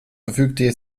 verfügte